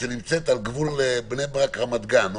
שנמצאת על גבול בני ברק-רמת גן,